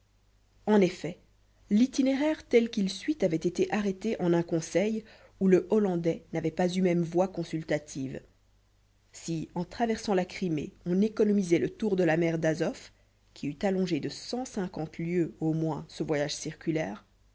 en effet l'itinéraire tel qu'il suit avait été arrêté en un conseil où le hollandais n'avait pas eu même voix consultative si en traversant la crimée on économisait le tour de la mer d'azof qui eût allongé de cent cinquante lieues au moins ce voyage circulaire